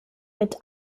mit